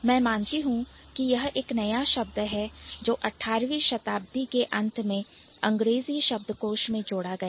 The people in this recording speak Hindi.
मैं मानती हूं कि यह एक नया शब्द है जो 18वीं शताब्दी के अंत में अंग्रेजी शब्दकोश में जोड़ा गया